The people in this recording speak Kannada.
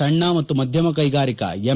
ಸಣ್ಣ ಮತ್ತು ಮಧ್ಯಮ ಕೈಗಾರಿಕಾ ಎಂ